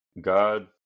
God